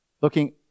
looking